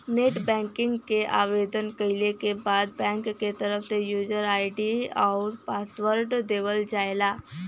net banking क आवेदन कइले के बाद बैंक क तरफ से यूजर आई.डी आउर पासवर्ड देवल जाला